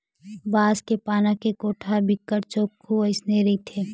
बांस के पाना के कोटा ह बिकट के चोक्खू अइसने रहिथे